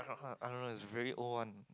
I don't know it's a very old one